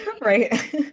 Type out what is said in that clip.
Right